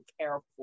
careful